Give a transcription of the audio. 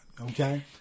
okay